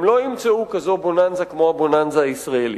הם לא ימצאו כזו בוננזה כמו הבוננזה הישראלית.